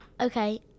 Okay